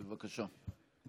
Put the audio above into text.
בבקשה.